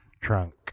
trunk